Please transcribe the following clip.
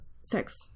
six